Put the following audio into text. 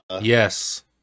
Yes